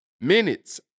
minutes